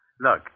Look